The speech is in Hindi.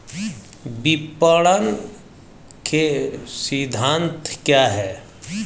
विपणन के सिद्धांत क्या हैं?